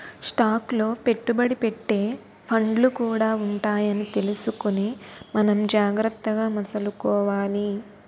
stock లో పెట్టుబడి పెట్టే ఫండ్లు కూడా ఉంటాయని తెలుసుకుని మనం జాగ్రత్తగా మసలుకోవాలి